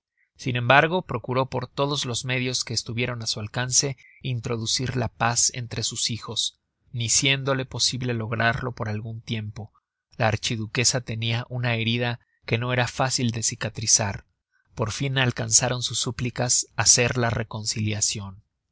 sin embargo procuró por todos los medios que estuvieron á su alcance introducir la paz entre sus hijos ni siéndola posible lograrlo por algun tiempo la archiduquesa tenia una herida que no era fácil cicatrizar por fin alcanzaron sus splicas hacer la reconciliacion